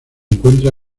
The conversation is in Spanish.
encuentra